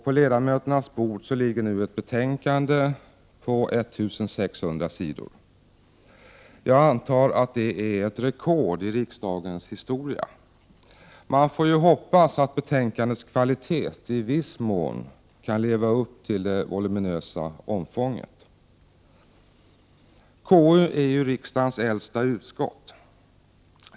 På ledamöternas bord ligger nu ett betänkande på 1 600 sidor. Jag antar att det är ett rekord i riksdagens historia. Man får hoppas att betänkandets kvalitet i viss mån kan leva upp till det voluminösa omfånget. Konstitutionsutskottet är riksdagens äldsta utskott.